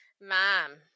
mom